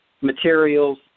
materials